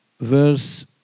verse